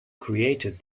created